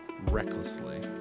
recklessly